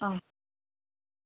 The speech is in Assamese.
অ